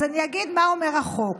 אז אני אגיד מה אומר החוק.